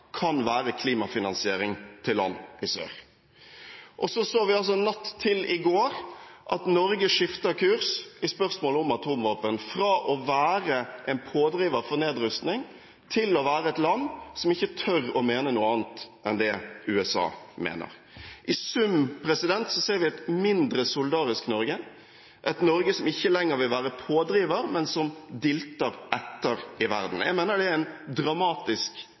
kan være klimafinansiering til land i sør. Natt til i går så vi at Norge skifter kurs i spørsmålet om atomvåpen, fra å være en pådriver for nedrustning til å være et land som ikke tør å mene noe annet enn det USA mener. I sum ser vi et mindre solidarisk Norge, et Norge som ikke lenger vil være pådriver, men som dilter etter i verden. Jeg mener det er en dramatisk